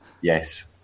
Yes